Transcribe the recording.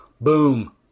Boom